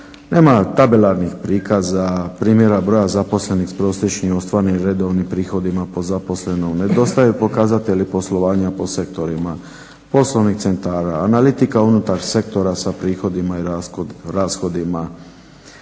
nema tabelarnih prikaza, primjera broja zaposlenih s prosječnim ostvarenim redovnim prihodima po zaposlenom, nedostaju pokazatelji poslovanja po sektorima, poslovnih centara, analitika unutar sektora sa prihodima i rashodima